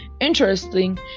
Interesting